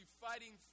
fighting